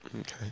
Okay